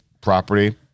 property